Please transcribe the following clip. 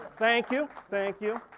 thank you, thank you.